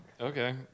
okay